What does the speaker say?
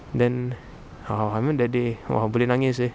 then ah I remember that day !wah! boleh nangis seh